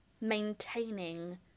maintaining